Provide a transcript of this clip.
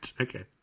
okay